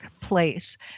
place